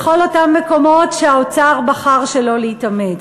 מכל אותם מקומות שהאוצר בחר שלא להתעמת.